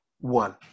one